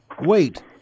Wait